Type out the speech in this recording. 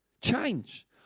Change